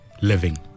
living